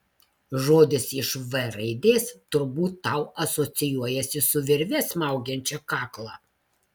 žodis iš v raidės turbūt tau asocijuojasi su virve smaugiančia kaklą